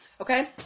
Okay